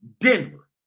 Denver